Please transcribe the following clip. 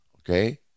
Okay